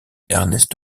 ernest